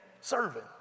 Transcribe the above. serving